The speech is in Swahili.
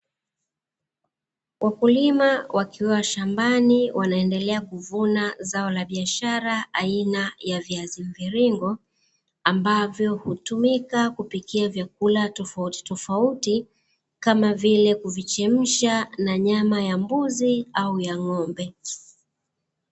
Wakulima wakiwa shambani wanaendelea kuvuna zao la biashara aina ya viazi mviringo, ambavyo hutumika kupikia vyakula tofauti tofauti kama vile kuvichemsha na nyama ya mbuzi au ya ng'ombe.